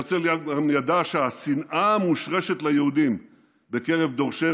הרצל גם ידע שהשנאה המושרשת ליהודים בקרב דורשי